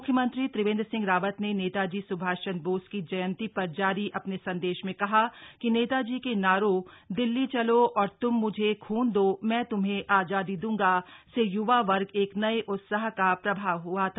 म्ख्यमंत्री त्रिवेन्द्र सिंह रावत ने नेताजी स्भाष चंद्र बोस की जयंती र जारी अ ने संदेश में कहा कि नेताजी के नारों दिल्ली चलो और त्म मुझे खून दो मैं त्म्हें आजादी दूंगा से य्वा वर्ग में एक नये उत्साह का प्रवाह हआ था